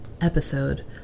episode